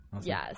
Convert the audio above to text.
Yes